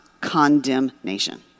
condemnation